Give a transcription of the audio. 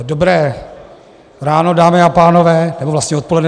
Dobré ráno, dámy a pánové, nebo vlastně odpoledne.